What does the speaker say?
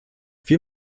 wir